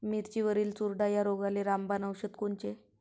मिरचीवरील चुरडा या रोगाले रामबाण औषध कोनचे?